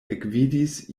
ekvidis